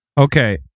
Okay